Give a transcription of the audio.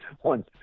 one